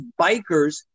bikers